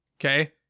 Okay